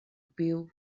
piu